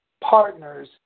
partners